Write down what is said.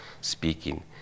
speaking